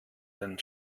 den